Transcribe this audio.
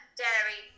dairy